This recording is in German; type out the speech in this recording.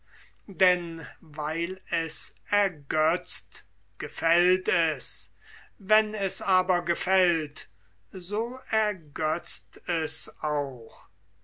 denn weil es ergötzt gefällt es wenn es aber gefällt so ergötzt es auch